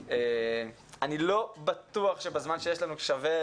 אני לא בטוח שבזמן שיש לנו שווה